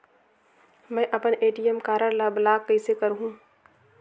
मै अपन ATM card ल ब्लाक कइसे करहूं?